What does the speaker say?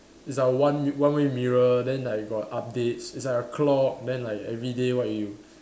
it's like one one way mirror then like got updates is like a clock then like everyday what you